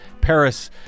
Paris